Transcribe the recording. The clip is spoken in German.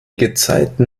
gezeiten